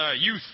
youth